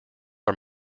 are